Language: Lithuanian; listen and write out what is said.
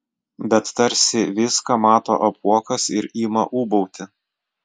bet tarsi viską mato apuokas ir ima ūbauti